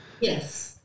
Yes